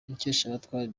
mukeshabatware